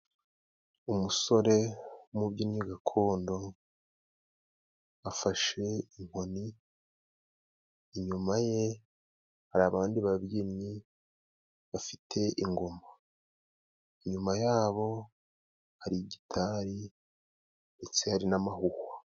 Umusore w'umubyinnyi gakondo afashe inkoni, inyuma ye hari abandi babyinnyi bafite ingoma, inyuma yabo hari igitari ndetse hari n'amahuhwa.